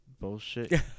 Bullshit